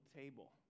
table